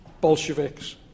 Bolsheviks